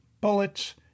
bullets